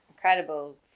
incredible